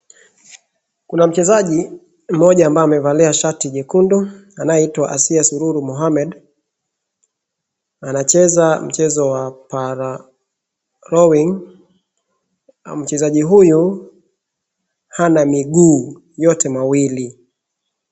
Kuna mchezaji mmoja ambaye amevalia shati nyekundu anayeitwa Asiye Suluhu Muhamed. Anacheza mchezo wa Para Rowing .Mchezaji huyu hana miguu yote mawili.